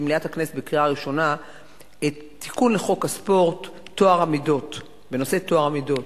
למליאת הכנסת לקריאה ראשונה את התיקון לחוק הספורט בנושא טוהר המידות,